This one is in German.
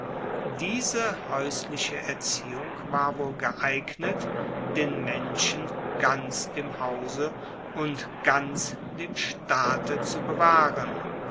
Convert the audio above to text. diese haeusliche erziehung war wohl geeignet den menschen ganz dem hause und ganz dem staate zu bewahren